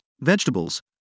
vegetables